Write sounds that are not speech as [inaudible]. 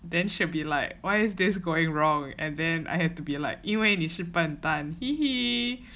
then she'll be like why is this going wrong and then I have to be like 因为你是笨蛋 [laughs]